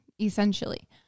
essentially